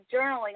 journaling